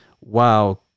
wow